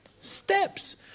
steps